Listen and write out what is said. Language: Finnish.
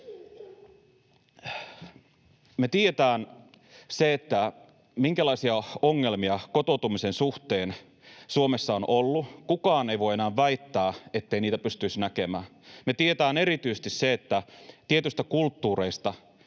Me tiedetään, minkälaisia ongelmia kotoutumisen suhteen Suomessa on ollut. Kukaan ei voi enää väittää, ettei niitä pystyisi näkemään. Me tiedetään erityisesti se, että tietyistä kulttuureista